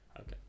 Okay